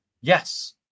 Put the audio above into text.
Yes